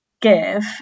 give